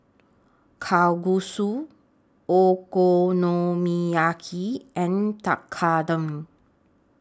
Kalguksu Okonomiyaki and Tekkadon